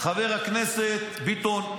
חבר הכנסת ביטון,